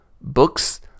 books